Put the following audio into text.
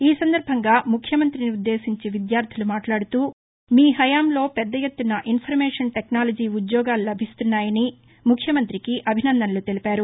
ఈ సందర్భంగా ముఖ్యమంత్రిని ఉద్దేసించి విద్యార్ధులు మాట్లాడుతూ మీహయాంలో పెద్దఎత్తున ఇన్ఫర్మేషన్ టెక్నాలజీ ఉద్యోగాలు లభిస్తున్నాయని వారు ముఖ్యమంతికి అభినందనలు తెలిపారు